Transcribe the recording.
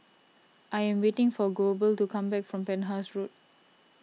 I am waiting for Goebel to come back from Penhas Road